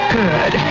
good